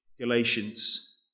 Galatians